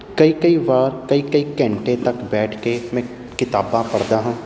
ਕਈ ਕਈ ਵਾਰ ਕਈ ਕਈ ਘੰਟੇ ਤੱਕ ਬੈਠ ਕੇ ਮੈਂ ਕਿਤਾਬਾਂ ਪੜ੍ਹਦਾ ਹਾਂ